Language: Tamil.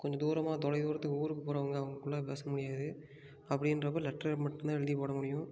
கொஞ்சம் தூரமாக தொலை தூரத்துக்கு ஊருக்கு போகிறவங்க அவங்க கூட பேச முடியாது அப்படின்றப்ப லெட்டர் மட்டும் தான் எழுதி போட முடியும்